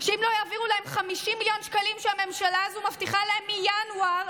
שאם לא יעבירו להם 50 מיליון שקלים שהממשלה הזו מבטיחה להם מינואר,